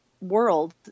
world